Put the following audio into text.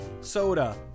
soda